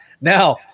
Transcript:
Now